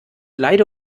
leide